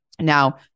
Now